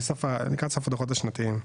לקראת סוף הדו"חות השנתיים.